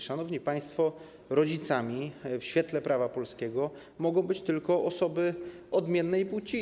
Szanowni państwo, rodzicami w świetle prawa polskiego mogą być tylko osoby odmiennej płci.